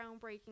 groundbreaking